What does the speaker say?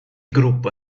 gruppo